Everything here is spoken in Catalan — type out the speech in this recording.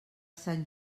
sant